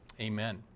Amen